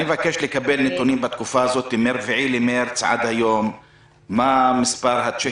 אני מבקש לקבל נתונים בתקופה הזאת מ-4 למרץ עד היום - מה מספר הצ'קים?